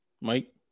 Mike